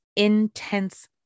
Intense